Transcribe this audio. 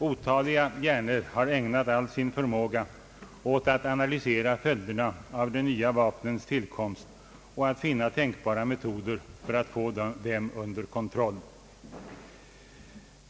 Otaliga hjärnor har ägnat all sin förmåga åt att analysera följderna av de nya vapnens tillkomst och att finna tänkbara metoder för att få dem under kontroll.